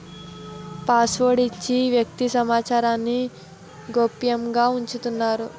password ఇచ్చి వ్యక్తి సమాచారాన్ని గోప్యంగా ఉంచుతారు